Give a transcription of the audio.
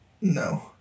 no